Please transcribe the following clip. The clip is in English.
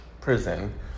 prison